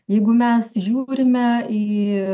jeigu mes žiūrime į